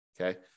Okay